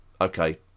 Okay